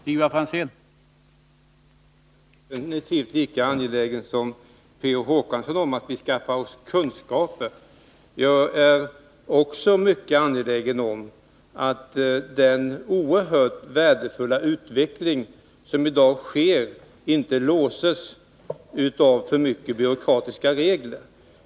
Herr talman! Jag är absolut lika angelägen som Per Olof Håkansson om att vi skaffar oss kunskaper, men jag är också angelägen om att den oerhört värdefulla utveckling som i dag sker inte låses av för många byråkratiska regler.